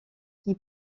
qui